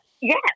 Yes